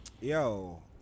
yo